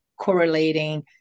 correlating